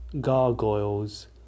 gargoyles